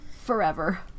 forever